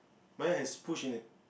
mine has push in it